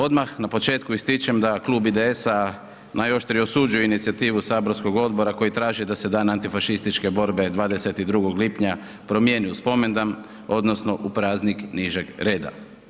Odmah na početku ističem da Klub IDS-a najoštrije osuđuje inicijativu saborskog odbora koji traži da se Dan antifašističke borbe 22. lipnja promijeni u spomendan odnosno u praznik nižeg reda.